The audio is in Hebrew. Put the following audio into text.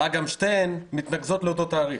ואגב, שתיהן מתנקזות לאותו תאריך.